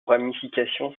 ramifications